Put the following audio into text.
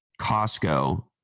Costco